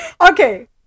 Okay